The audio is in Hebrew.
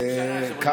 מעולם לא היה שר.